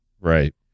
Right